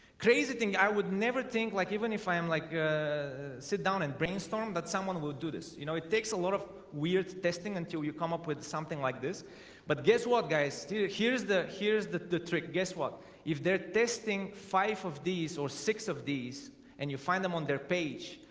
crazy thing i would never think like even if i am like sit down and brainstorm that someone will do this, you know it takes a lot of weird testing until you come up with something like this but guess what guys still here's the here's the the trick guess what if they're testing five of these or six of these and you find them on their page?